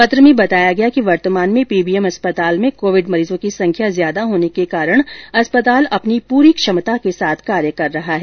पत्र में बताया गया कि वर्तमान में पीबीएम अस्पताल में कोविड मरीजों की संख्या ज्यादा होने के कारण अस्पताल अपनी पूर्ण क्षमता पर कार्य कर रहा है